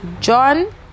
John